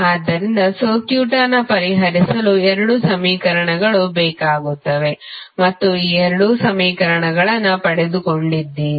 ಆದ್ದರಿಂದ ಸರ್ಕ್ಯೂಟ್ ಅನ್ನು ಪರಿಹರಿಸಲು ಎರಡು ಸಮೀಕರಣಗಳು ಬೇಕಾಗುತ್ತವೆ ಮತ್ತು ಈ ಎರಡು ಸಮೀಕರಣಗಳನ್ನು ಪಡೆದುಕೊಂಡಿದ್ದೀರಿ